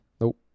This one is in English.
Nope